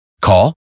Call